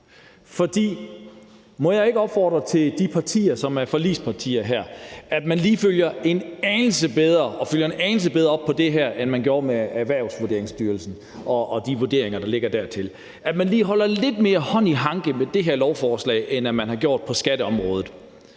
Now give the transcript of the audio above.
Må jeg ikke opfordre de partier, som er forligspartier her, til, at de lige følger en anelse bedre op på det her, end man gjorde i forbindelse med Vurderingsstyrelsen og de vurderinger, der ligger der, altså at man lige holder lidt mere hånd i hanke med det her lovforslag, end man har gjort på skatteområdet.